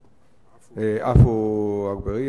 3786, 3787,